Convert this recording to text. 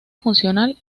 funcional